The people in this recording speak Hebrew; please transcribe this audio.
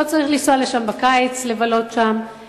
לא צריך לנסוע לשם בקיץ לבלות שם,